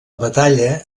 batalla